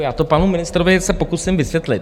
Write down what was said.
Já to panu ministrovi se pokusím vysvětlit.